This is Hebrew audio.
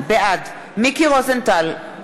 בעד מיקי רוזנטל,